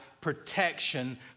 protection